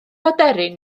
aderyn